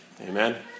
Amen